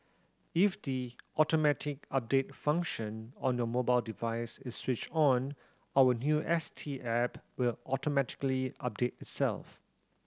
if the automatic update function on your mobile device is switched on our new S T app will automatically update itself